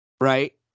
Right